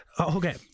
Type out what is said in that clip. okay